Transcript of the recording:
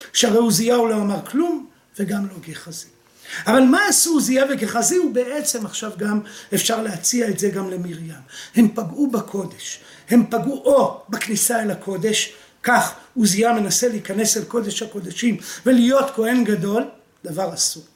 שהרי עוזיהו לא אמר כלום, וגם לא גחזי. אבל מה עשו עוזיהו וגחזי? הוא בעצם עכשיו גם, אפשר להציע את זה גם למיריים. הם פגעו בקודש. הם פגעו או בכניסה אל הקודש. כך עוזיהו מנסה להיכנס אל קודש הקודשים. ולהיות כהן גדול, דבר עשוי.